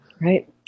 right